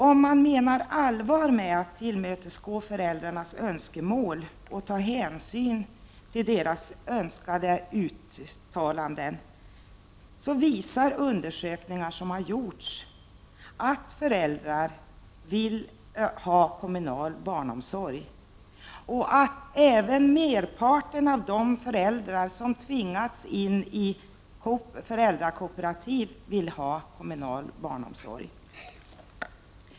Om man menar allvar med att ta hänsyn till och tillmötesgå föräldrarnas uttalade önskemål, bör man komma ihåg att undersökningar som har gjorts visar att föräldrar vill ha kommunal barnomsorg och att även merparten av de föräldrar som tvingats in i föräldrakooperativ vill ha kommunal barnomsorg.